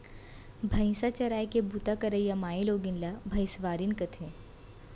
भईंसा चराय के बूता करइया माइलोगन ला भइंसवारिन कथें